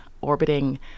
orbiting